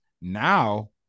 now